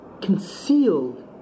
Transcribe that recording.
concealed